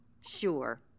Sure